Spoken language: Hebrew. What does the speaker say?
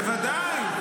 בוודאי.